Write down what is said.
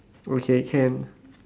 okay can